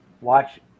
Watch